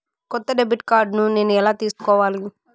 కొత్త debit card నేను ఎలా తీసుకోవాలి?